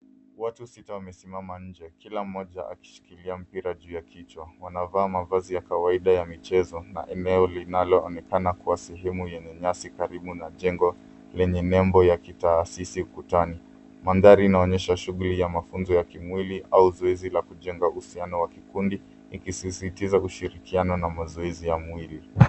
Watu sita wamesimama nje, kila mmoja akishikilia mpira juu ya kichwa. Wanavaa mavazi ya kawaida ya michezo na eneo linaloonekana kuwa sehemu yenye nyasi karibu na jengo lenye nembo ya kitaasisi ukutani. Mandhari inaonyesha shughuli ya mafunzo ya kimwili au zoezi la kujenga uhusiano wa kikundi, ikisisitiza ushirikiano na mazoezi ya mwili.